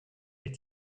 ces